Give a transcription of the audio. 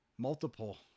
multiple